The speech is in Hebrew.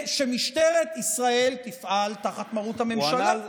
שמשטרת ישראל תפעל תחת מרות הממשלה?